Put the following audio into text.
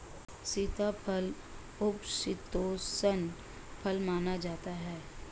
सीताफल उपशीतोष्ण फल माना जाता है